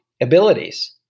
abilities